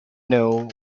know